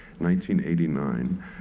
1989